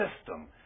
system